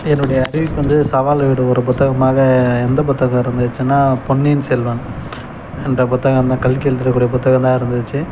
என்னுடைய அறிவுக்கு வந்து சவால் விடும் ஒரு புத்தகமாக எந்த புத்தகம் இருந்துச்சுனா பொன்னியின் செல்வன் என்ற புத்தகம் தான் கல்கி எழுதி இருக்கக்கூடிய புத்தகம் தான் இருந்துச்சு